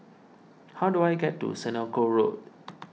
how do I get to Senoko Road